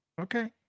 Okay